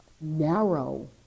narrow